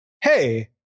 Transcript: hey